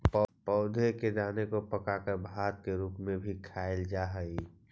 पौधों के दाने को पकाकर भात के रूप में भी खाईल जा हई